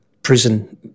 prison